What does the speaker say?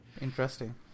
Interesting